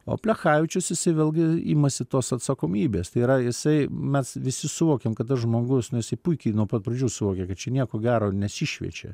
o plechavičius jisai vėlgi imasi tos atsakomybės tai yra jisai mes visi suvokiam kada žmogus nu jisai puikiai nuo pat pradžių suvokė kad čia nieko gero nesišviečia